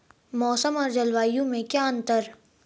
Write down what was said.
मौसम और जलवायु में क्या अंतर?